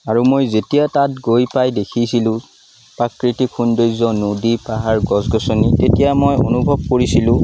আৰু যেতিয়া মই তাত গৈ পাই দেখিছিলোঁ প্ৰাকৃতিক সৌন্দৰ্য নদী পাহাৰ গছ গছনি তেতিয়া মই অনুভৱ কৰিছিলোঁ